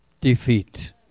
defeat